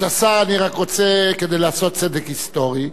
כבוד השר, כדי לעשות צדק היסטורי: